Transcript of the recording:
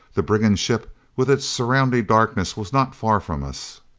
the brigand ship with its surrounding darkness was not far from us.